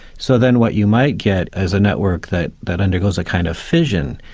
so then what you might get is a network that that undergoes a kind of fission,